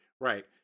right